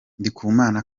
ndikumana